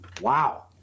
Wow